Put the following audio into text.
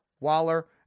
Waller